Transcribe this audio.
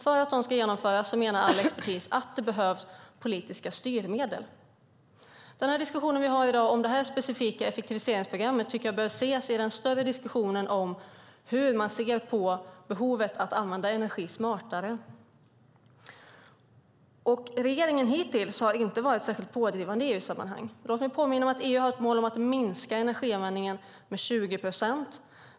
För att de ska vidtas menar all expertis att det behövs politiska styrmedel. Den diskussion vi har i dag om detta specifika effektiviseringsprogram tycker jag bör ses i ljuset av den större diskussionen om hur man ser på behovet av att använda energi smartare. Regeringen har hittills inte varit särskilt pådrivande i EU-sammanhang. Låt mig påminna om att EU har ett mål att minska energianvändningen med 20 procent.